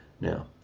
now